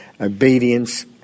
obedience